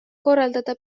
korraldada